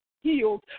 healed